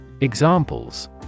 Examples